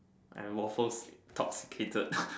I am waffles toxicated